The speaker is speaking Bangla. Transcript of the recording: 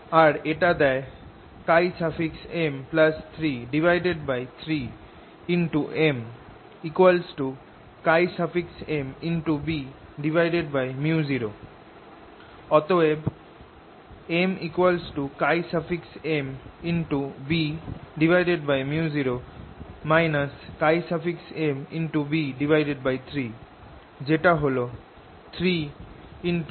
আর এটা দেয় M33MMBµ0 অতএব MMBµ0 MB3 যেটা হল 3MM3Bµ0